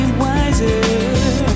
wiser